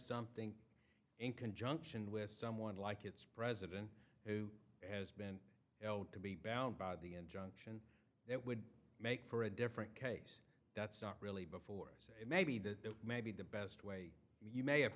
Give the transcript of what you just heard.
something in conjunction with someone like its president who has been you know to be bound by the injunction that would make for a different case that's not really before so maybe that maybe the best way you may have